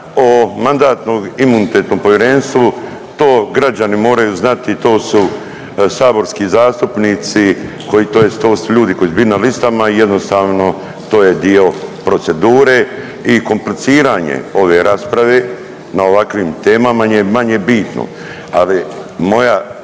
o Mandatno-imunitetnom povjerenstvu to građani moraju znati, to su saborski zastupnici koji tj. to su ljudi koji su bili na listama i jednostavno to je dio procedure i kompliciranje ove rasprave na ovakvim temama je manje bitno ali moja,